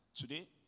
Today